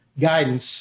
guidance